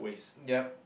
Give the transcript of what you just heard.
yup